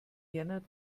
jänner